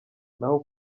naho